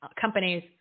companies